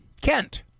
Kent